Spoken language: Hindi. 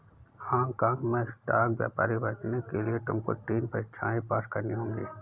हाँग काँग में स्टॉक व्यापारी बनने के लिए तुमको तीन परीक्षाएं पास करनी होंगी